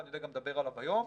ואני יודע גם לדבר עליו היום.